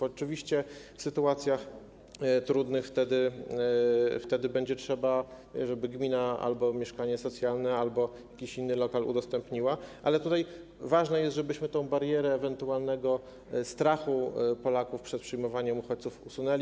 Oczywiście w sytuacjach trudnych będzie trzeba, żeby gmina albo mieszkanie socjalne, albo jakiś inny lokal udostępniła, ale tutaj ważne jest, żebyśmy tę barierę ewentualnego strachu Polaków przed przyjmowaniem uchodźców usunęli.